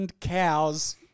cows